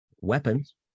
Weapons